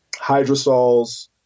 hydrosols